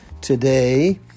today